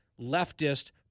leftist